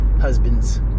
husbands